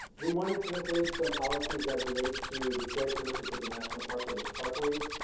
we wanted to include some policies that relate to the characteristics of the national park service parkways,